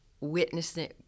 witnessing